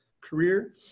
career